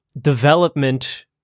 Development